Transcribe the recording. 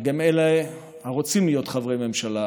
וגם אלה הרוצים להיות חברי ממשלה,